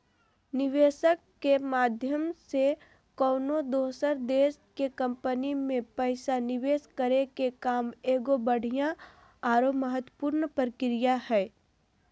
निवेशक के माध्यम से कउनो दोसर देश के कम्पनी मे पैसा निवेश करे के काम एगो बढ़िया आरो महत्वपूर्ण प्रक्रिया हय